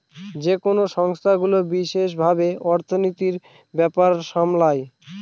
যেকোনো সংস্থাগুলো বিশেষ ভাবে অর্থনীতির ব্যাপার সামলায়